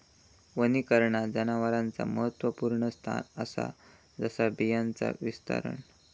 वनीकरणात जनावरांचा महत्त्वपुर्ण स्थान असा जसा बियांचा विस्तारण